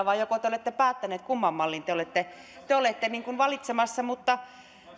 vai joko te olette päättäneet kumman mallin te te olette valitsemassa mutta